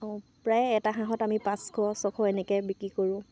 অঁ প্ৰায় এটা হাঁহত আমি পাঁচশ ছশ এনেকৈ বিক্ৰী কৰোঁ